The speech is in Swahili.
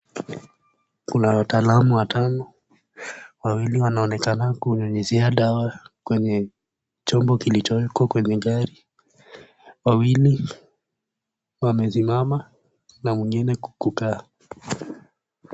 Kuna wataalam watano. Wawili wanaonekana kunyunyuzia dawa kwenye chombo kilichowekwa kwenye gari. wawili wamesimama na mwine kukaa.